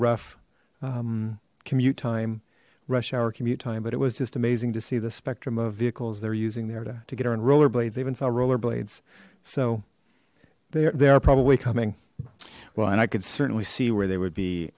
rough commute time rush hour commute time but it was just amazing to see the spectrum of vehicles they're using there to to get her on rollerblades even saw rollerblades so they are probably coming well and i could certainly see where they would be